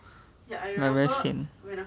like very sian